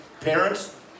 Parents